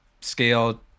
scale